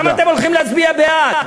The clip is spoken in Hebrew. למה אתם הולכים להצביע בעד?